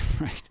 right